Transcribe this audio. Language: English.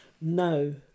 no